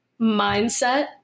mindset